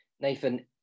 nathan